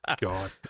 God